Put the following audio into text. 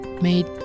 made